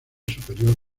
superior